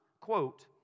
quote